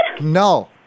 No